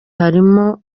harimo